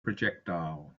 projectile